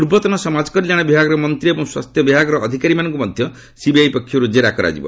ପୂର୍ବତନ ସାମାଜ କଲ୍ୟାଣ ବିଭାଗର ମନ୍ତ୍ରୀ ଏବଂ ସ୍ୱାସ୍ଥ୍ୟ ବିଭାଗର ଅଧିକାରୀମାନଙ୍କୁ ମଧ୍ୟ ସିବିଆଇ ପକ୍ଷରୁ ଜେରା କରାଯିବ